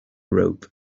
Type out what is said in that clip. rope